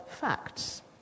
facts